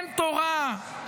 אין תורה,